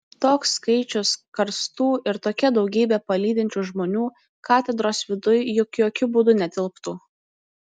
toks skaičius karstų ir tokia daugybė palydinčių žmonių katedros viduj juk jokiu būdu netilptų